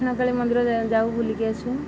ହଁ ଦକ୍ଷିଣକାଳୀ ମନ୍ଦିର ଯାଉ ବୁଲିକି ଆସୁ